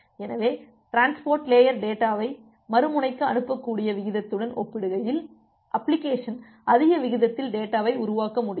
எனவே transport layer டேட்டாவை மறுமுனைக்கு அனுப்பக்கூடிய விகிதத்துடன் ஒப்பிடுகையில் அப்ளிகேஷன் அதிக விகிதத்தில் டேட்டாவை உருவாக்க முடியும்